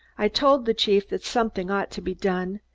i've told the chief that something ought to be done.